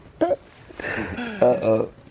Uh-oh